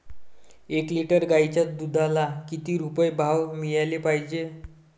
एक लिटर गाईच्या दुधाला किती रुपये भाव मिळायले पाहिजे?